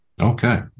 Okay